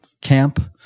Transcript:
Camp